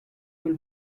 will